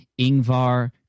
Ingvar